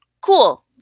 Cool